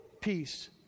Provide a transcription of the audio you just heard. peace